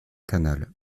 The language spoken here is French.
canal